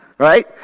Right